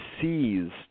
seized